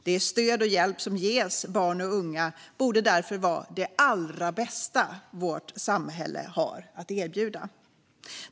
Det stöd och den hjälp som ges barn och unga borde därför vara det allra bästa vårt samhälle har att erbjuda.